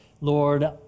Lord